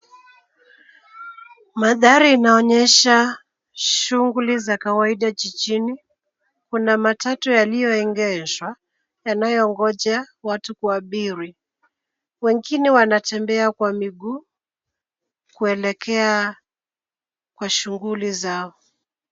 Mandhari inaonyesha shughuli za kawaida jijini. Kuna matatu yaliyoegeshwa yanayongoja watu kuabiri. Wengine wanatembea kwa miguu kuelekea kwa shughuli zao.